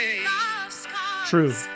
True